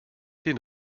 den